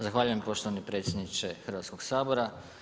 Zahvaljujem poštovani predsjedniče Hrvatskoga sabora.